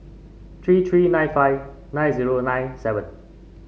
three three nine five nine zero nine seven